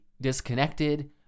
disconnected